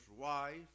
wife